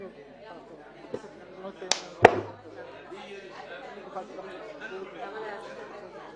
יש לנו הצעת חוק לעשות סדר,